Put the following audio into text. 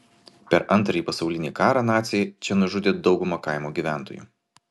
per antrąjį pasaulinį karą naciai čia nužudė daugumą kaimo gyventojų